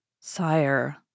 Sire